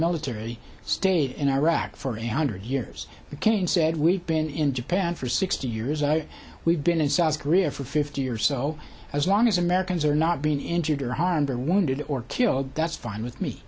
military stayed in iraq for a hundred years mccain said we've been in japan for sixty years and i we've been in south korea for fifty years so as long as americans are not been injured or harmed or wounded or killed that's fine with me